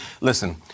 Listen